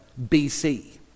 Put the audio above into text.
BC